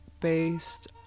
based